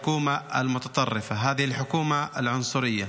אדוני היושב-ראש.